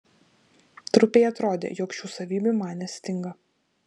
trupei atrodė jog šių savybių man nestinga